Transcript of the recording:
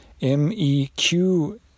MEQ